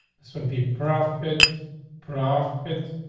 this would be profit profit.